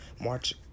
March